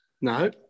No